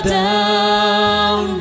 down